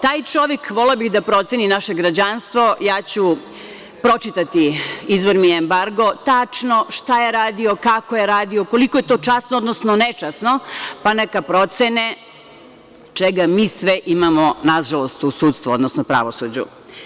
Taj čovek, volela bih da proceni naše građanstvo, ja ću pročitati, izvor mi je „Embargo“, tačno šta je radio, kako je radio, koliko je to časno, odnosno nečasno, pa neka procene čega mi sve imamo nažalost u sudstvu, odnosno u pravosuđu.